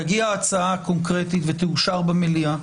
תגיע הצעה קונקרטית ותאושר במליאה.